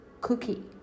cookie